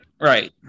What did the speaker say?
right